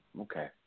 okay